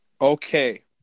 Okay